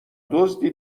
دزدی